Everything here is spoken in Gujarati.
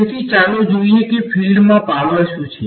તેથી ચાલો જોઈએ કે ફિલ્ડમાં પાવર શું છે